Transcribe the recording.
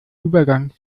übergang